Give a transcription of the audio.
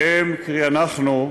והם, קרי אנחנו,